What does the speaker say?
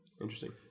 interesting